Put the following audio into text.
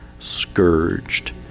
Scourged